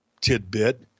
tidbit